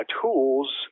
tools